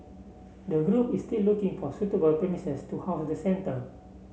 the group is still looking for suitable premises to house the centre